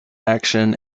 action